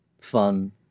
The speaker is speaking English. fun